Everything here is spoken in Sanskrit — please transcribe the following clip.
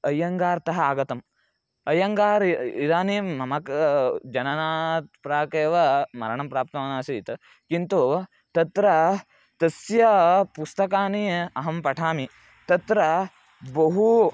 अय्यङ्गार्थः आगतम् अयङ्गारः इदानीं मम क् जननात् प्राक् एव मरणं प्राप्तवान् आसीत् किन्तु तत्र तस्य पुस्तकानि अहं पठामि तत्र बहु